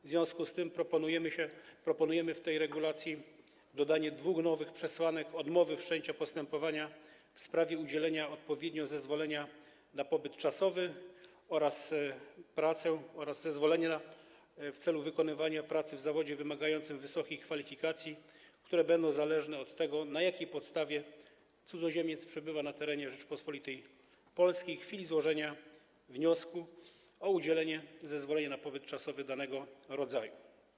W związku z tym proponujemy w tej regulacji dodanie dwóch nowych przesłanek odmowy wszczęcia postępowania w sprawie udzielenia odpowiednio zezwolenia na pobyt czasowy oraz pracę oraz zezwolenia w celu wykonywania pracy w zawodzie wymagającym wysokich kwalifikacji, które będą zależne od tego, na jakiej podstawie cudzoziemiec przebywa na terenie Rzeczypospolitej Polskiej w chwili złożenia wniosku o udzielenie zezwolenia na pobyt czasowy danego rodzaju.